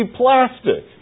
plastic